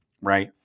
Right